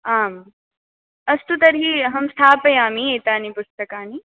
आम् अस्तु तर्हि अहं स्थापयामि एतानि पुस्तकानि